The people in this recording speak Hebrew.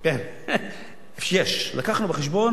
אי-אפשר לזייף בחירות,